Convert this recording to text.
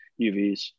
UVs